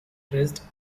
dressed